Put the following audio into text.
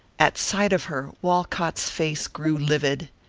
at sight of her, walcott's face grew livid.